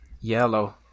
Yellow